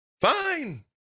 Fine